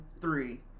three